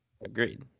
Agreed